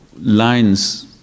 lines